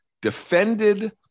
defended